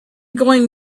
going